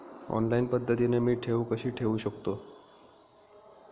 Online पद्धतीने मी ठेव कशी ठेवू शकतो?